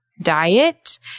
diet